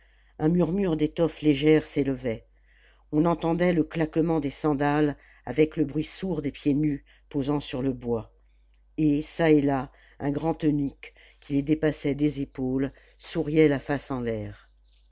un murmure d'étoffes légères s'élevait on entendait le claquement des sandales avec le bruit sourd des pieds nus posant sur le bois et çà et là un grand eunuque qui les dépassait des épaules souriait la face en l'air